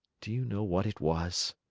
do you know what it was?